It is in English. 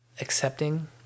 accepting